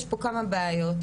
יש פה כמה בעיות,